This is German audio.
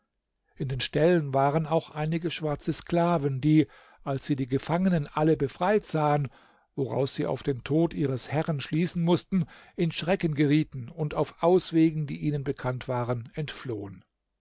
in den ställen waren auch einige schwarze sklaven die als sie die gefangenen alle befreit sahen woraus sie auf den tod ihres herren schließen mußten in schrecken gerieten und auf auswegen die ihnen bekannt waren entflohen